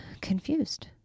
confused